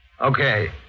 Okay